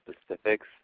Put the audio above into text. specifics